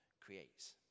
creates